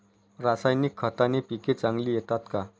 रासायनिक खताने पिके चांगली येतात का?